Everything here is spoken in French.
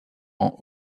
rend